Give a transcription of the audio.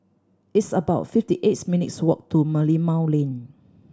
it's about fifty eights minutes' walk to Merlimau Lane